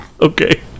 okay